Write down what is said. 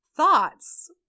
thoughts